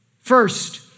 First